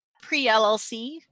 pre-LLC